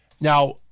Now